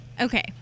Okay